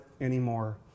anymore